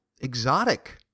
exotic